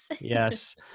Yes